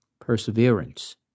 perseverance